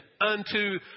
unto